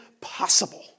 possible